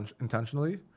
intentionally